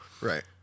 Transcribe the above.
Right